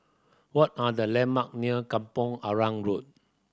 what are the landmark near Kampong Arang Road